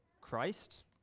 Christ